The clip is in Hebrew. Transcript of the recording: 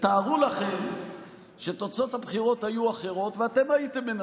תתארו לכם שתוצאות הבחירות היו אחרות ואתם הייתם מנצחים.